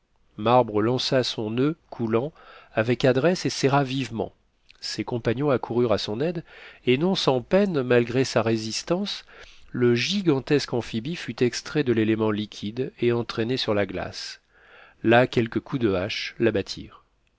marbre lança son noeud coulant avec adresse et serra vivement ses compagnons accoururent à son aide et non sans peine malgré sa résistance le gigantesque amphibie fut extrait de l'élément liquide et entraîné sur la glace là quelques coups de hache